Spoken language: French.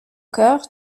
cœur